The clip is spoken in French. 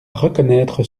reconnaître